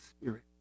spirit